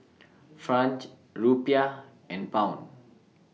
Franch Rupiah and Pound